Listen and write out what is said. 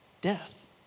death